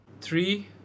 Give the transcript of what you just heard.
Three